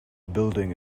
building